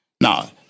Now